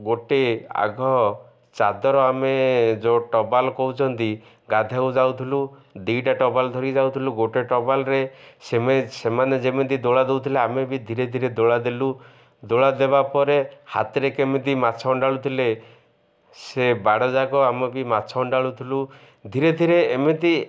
ଗୋଟେ ଆଗ ଚାଦର ଆମେ ଯେଉଁ ଟାୱେଲ୍ କହୁଛନ୍ତି ଗାଧେଇବାକୁ ଯାଉଥିଲୁ ଦୁଇଟା ଟାୱେଲ୍ ଧରି ଯାଉଥିଲୁ ଗୋଟେ ଟାୱେଲ୍ରେ ସେମାନେ ଯେମିତି ଦୋଳା ଦଉଥିଲେ ଆମେ ବି ଧୀରେ ଧୀରେ ଦୋଳା ଦେଲୁ ଦୋଳା ଦେବା ପରେ ହାତରେ କେମିତି ମାଛ ଅଣ୍ଡାଳୁ ଥିଲେ ସେ ବାଡ଼ଯାକ ଆମେ ବି ମାଛ ଅଣ୍ଡାଳୁ ଥିଲୁ ଧୀରେ ଧୀରେ ଏମିତି